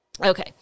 Okay